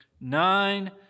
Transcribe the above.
Nine